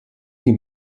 die